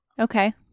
okay